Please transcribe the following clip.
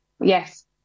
Yes